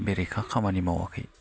बेरेखा खामानि मावाखै